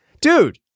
dude